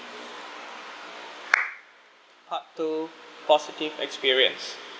part two positive experience